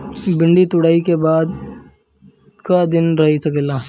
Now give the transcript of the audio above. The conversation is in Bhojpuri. भिन्डी तुड़ायी के बाद क दिन रही सकेला?